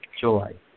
joy